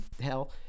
hell